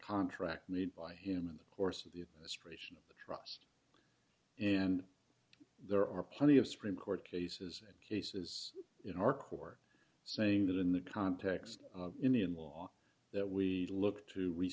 contract made by him in the course of the destruction process and there are plenty of supreme court cases and cases in our court saying that in the context of indian law that we look to re